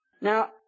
Now